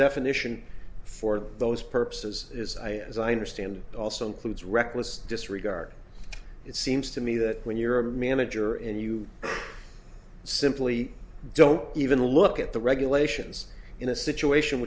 definition for those purposes is i as i understand it also includes reckless disregard it seems to me that when you're a manager and you simply don't even look at the regulations in a situation